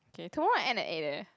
okay tomorrow I end at eight eh